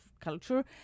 culture